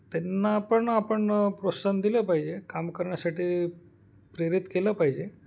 त्यांना पण आपण प्रोत्साहन दिलं पाहिजे काम करण्यासाठी प्रेरित केलं पाहिजे